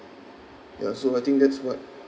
ya so I think that's what